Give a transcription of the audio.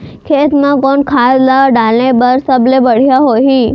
खेत म कोन खाद ला डाले बर सबले बढ़िया होही?